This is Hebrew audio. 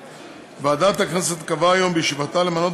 ועדת הכנסת קבעה היום בישיבתה מינוי